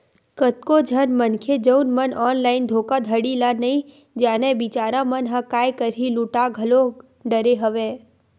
कतको झन मनखे जउन मन ऑनलाइन धोखाघड़ी ल नइ जानय बिचारा मन ह काय करही लूटा घलो डरे हवय